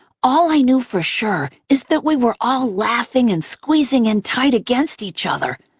all i knew for sure is that we were all laughing and squeezing in tight against each other,